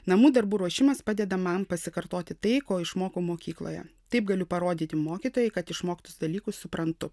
namų darbų ruošimas padeda man pasikartoti tai ko išmokau mokykloje taip galiu parodyti mokytojai kad išmoktus dalykus suprantu